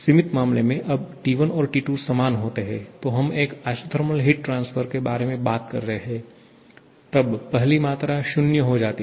सीमित मामले में जब T1 और T2 समान होते हैं तो हम एक आइसोथर्मल हीट ट्रांसफर के बारे में बात कर रहे हैं तब पहली मात्रा 0 हो जाती है